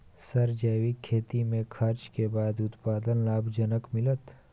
Sir जैविक खेती में खर्च के बाद उत्पादन लाभ जनक मिलत?